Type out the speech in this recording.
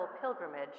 pilgrimage